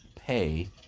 pay